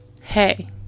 Hey